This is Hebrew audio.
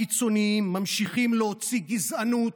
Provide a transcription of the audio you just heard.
הקיצוניים ממשיכים להוציא גזענות,